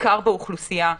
בעיקר באוכלוסייה החרדית.